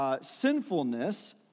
sinfulness